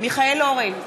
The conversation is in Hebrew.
מיכאל אורן,